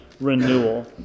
renewal